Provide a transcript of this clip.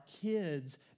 kids